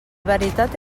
veritat